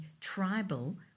tribal